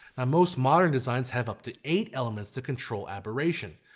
most modern designs have up to eight elements to control aberration.